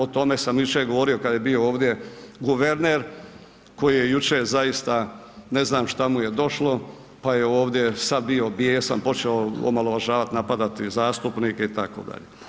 O tome sam jučer govorio kada je bio ovdje guverner koji je jučer zaista, ne znam šta mu je došlo, pa je ovdje sav bio bijesan, počeo omalovažavati i napadati zastupnike itd.